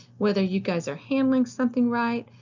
whether you guys are handling something right,